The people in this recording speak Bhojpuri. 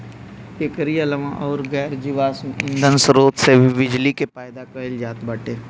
एकरी अलावा अउर गैर जीवाश्म ईधन स्रोत से भी बिजली के पैदा कईल जात बाटे